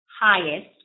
highest